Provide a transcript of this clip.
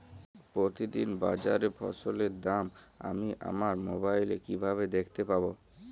প্রতিদিন বাজারে ফসলের দাম আমি আমার মোবাইলে কিভাবে দেখতে পাব?